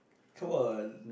come on